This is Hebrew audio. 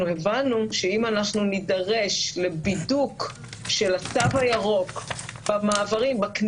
הבנו שאם אנחנו נידרש לבידוק של התו הירוק בכניסה,